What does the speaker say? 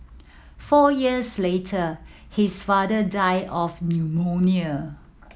four years later his father died of pneumonia